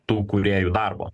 tų kūrėjų darbą